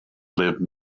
live